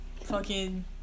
fucking-